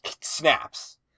snaps